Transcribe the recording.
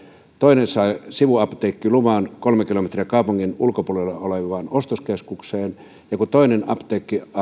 toinen sai sivuapteekkiluvan kolme kilometriä kaupungin ulkopuolella olevaan ostoskeskukseen ja kun toinen apteekki